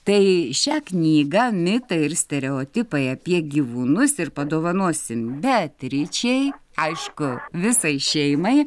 tai šią knygą mitai ir stereotipai apie gyvūnus ir padovanosim beatričei aišku visai šeimai